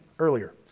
earlier